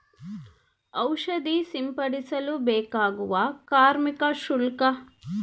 ಔಷಧಿ ಸಿಂಪಡಿಸಲು ಬೇಕಾಗುವ ಕಾರ್ಮಿಕ ಶುಲ್ಕ?